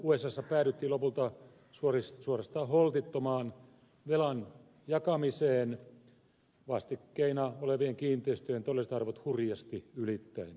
usassa päädyttiin lopulta suorastaan holtittomaan velan jakamiseen vastikkeina olevien kiinteistöjen todelliset arvot hurjasti ylittäen